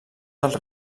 dels